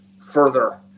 further